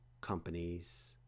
companies